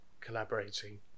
collaborating